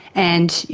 and,